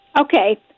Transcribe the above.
Okay